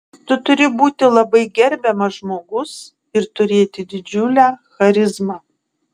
tu turi būti labai gerbiamas žmogus ir turėti didžiulę charizmą